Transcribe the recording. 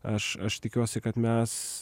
aš aš tikiuosi kad mes